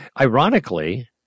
Ironically